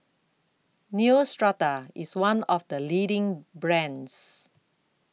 Neostrata IS one of The leading brands